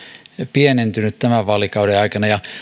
pienentynyt tämän vaalikauden aikana